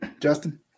Justin